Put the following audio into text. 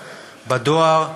בדואר,